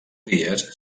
dies